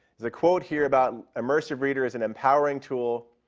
there's a quote here about immersive reader is an empowering tool.